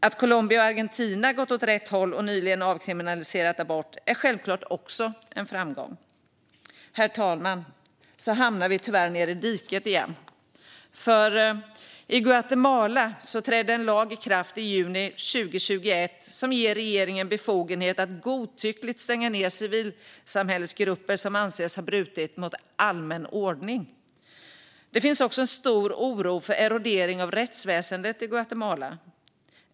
Att Colombia och Argentina gått åt rätt håll och nyligen avkriminaliserat abort är självklart också en framgång. Herr talman! Så hamnar vi då nere i diket igen. I Guatemala trädde en lag i kraft i juni 2021 som ger regeringen befogenhet att godtyckligt stänga ned civilsamhällesgrupper som anses ha brutit mot allmän ordning. Det finns också en stor oro för erodering av rättsväsendet i Guatemala.